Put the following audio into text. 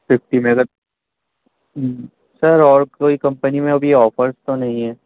fifty mega sir اور کوئی company میں ابھی یہ آفرز تو نہیں ہیں